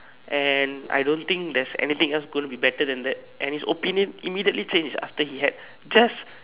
and I don't think there's anything else going to be better than that and his opinion immediately change after he had just